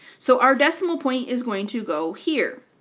so our decimal point is going to go here.